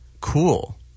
cool